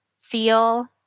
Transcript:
feel